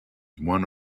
one